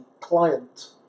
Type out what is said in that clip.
client